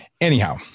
Anyhow